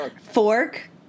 Fork